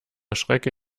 schrecke